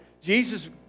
Jesus